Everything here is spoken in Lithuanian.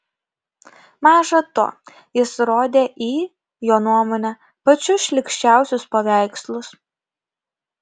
maža to jis rodė į jo nuomone pačius šlykščiausius paveikslus